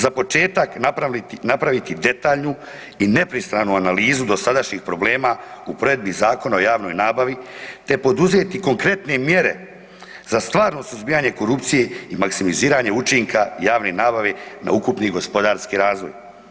Za početak napraviti detaljnu i nepristranu analizu dosadašnjih problema u provedbi Zakona o javnoj nabavi te poduzeti konkretne mjere za stvarno suzbijanje korupcije i maksimiziranje učinka javne nabave na ukupni gospodarski razvoj.